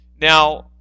Now